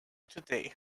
today